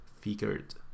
figured